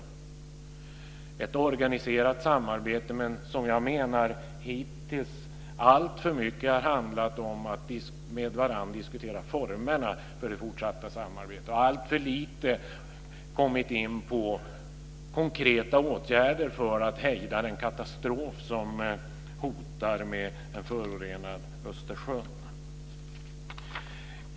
Det är ett organiserat samarbete men som jag menar hittills alltför mycket har handlat om att med varandra diskutera formerna för det fortsatta samarbetet och alltför lite kommit in på konkreta åtgärder för att hejda den katastrof som hotar med en förorenad Östersjön.